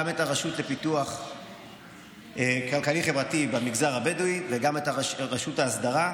את הרשות לפיתוח כלכלי-חברתי במגזר הבדואי וגם את רשות ההסדרה,